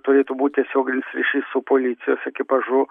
turėtų būti tiesioginis ryšys su policijos ekipažu